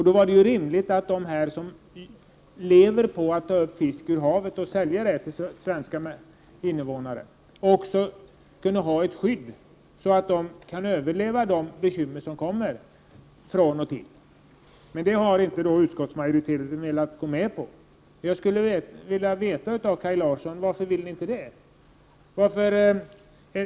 Det vore då rimligt att de som lever på att ta upp fisk ur havet och sälja till svenska invånare också skulle ha ett skydd så att de kan överleva de bekymmer som från och till uppstår. Utskottsmajoriteten har dock inte velat gå med på det. Jag skulle vilja fråga Kaj Larsson varför ni inte vill göra det.